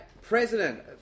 president